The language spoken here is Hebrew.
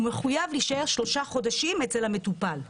הוא מחויב להישאר שלושה חודשים אצל המטופל.